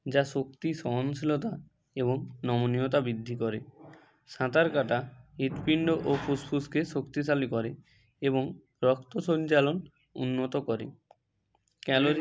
যা শক্তি সহনশীলতা এবং নমনীয়তা বৃদ্ধি করে সাঁতার কাটা হৃদপিণ্ড ও ফুসফুসকে শক্তিশালী করে এবং রক্ত সঞ্চালন উন্নত করে ক্যালোরি